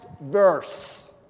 verse